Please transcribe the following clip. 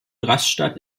rastatt